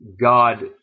God